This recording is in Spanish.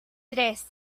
tres